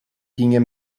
gingen